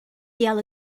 ela